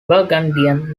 burgundian